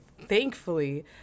thankfully